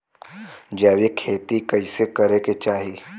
जैविक खेती कइसे करे के चाही?